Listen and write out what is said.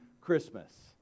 Christmas